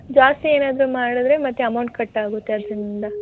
ಜಾಸ್ತಿ ಏನಾದರು ಮಾಡಿದ್ರೆ ಮತ್ತೆ ಅಮೌಂಟ್ ಕಟ್ ಆಗುತ್ತೆ ಅದರಿಂದ